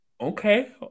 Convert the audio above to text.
Okay